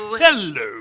Hello